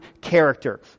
character